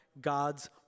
God's